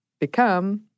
become